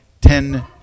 ten